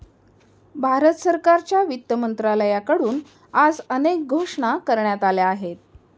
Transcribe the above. भारत सरकारच्या वित्त मंत्रालयाकडून आज अनेक घोषणा करण्यात आल्या आहेत